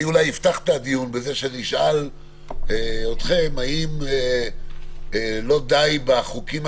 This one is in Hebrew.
אפתח את הדיון בזה שאשאל אתכם האם לא די בחוקי העזר